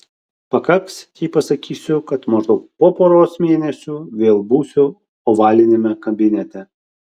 pakaks jei pasakysiu kad maždaug po poros mėnesių vėl būsiu ovaliniame kabinete